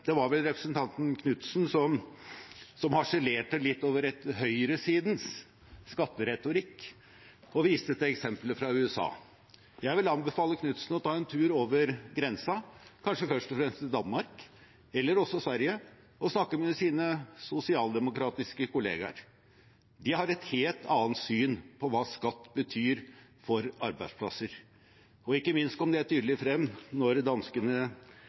vel representanten Knutsen som harselerte litt over høyresidens skatteretorikk og viste til eksempler fra USA. Jeg vil anbefale Knutsen å ta en tur over grensen, kanskje først og fremst til Danmark, men også til Sverige, og snakke med sine sosialdemokratiske kollegaer. De har et helt annet syn på hva skatt betyr for arbeidsplasser. Ikke minst kom det tydelig frem